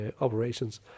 operations